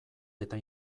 eta